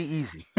Easy